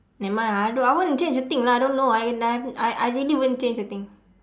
never mind lah I don't I won't change a thing lah I don't know I I I really won't change a thing